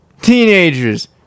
Teenagers